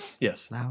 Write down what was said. Yes